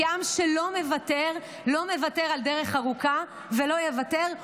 כעם שלא מוותר על דרך ארוכה ולא יוותר,